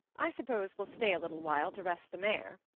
i suppose we'll stay a little while to rest the mare,